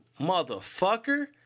motherfucker